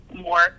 more